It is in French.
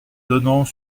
donnant